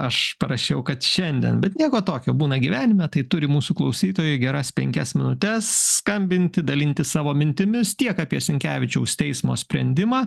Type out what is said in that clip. aš parašiau kad šiandien bet nieko tokio būna gyvenime tai turi mūsų klausytojai geras penkias minutes skambinti dalintis savo mintimis tiek apie sinkevičiaus teismo sprendimą